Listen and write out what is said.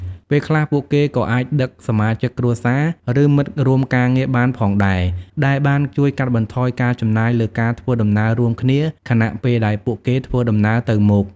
ពេលខ្លះ ពួកគេក៏អាចដឹកសមាជិកគ្រួសារ ឬមិត្តរួមការងារបានផងដែរដែលបានជួយកាត់បន្ថយការចំណាយលើការធ្វើដំណើររួមគ្នា ខណៈពេលដែលពួកគេធ្វើដំណើរទៅមក។